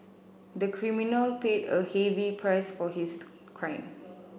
the criminal paid a heavy price for his crime